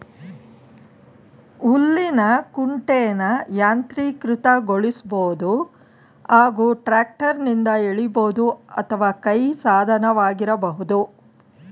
ಹುಲ್ಲಿನ ಕುಂಟೆನ ಯಾಂತ್ರೀಕೃತಗೊಳಿಸ್ಬೋದು ಹಾಗೂ ಟ್ರ್ಯಾಕ್ಟರ್ನಿಂದ ಎಳಿಬೋದು ಅಥವಾ ಕೈ ಸಾಧನವಾಗಿರಬಹುದು